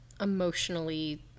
emotionally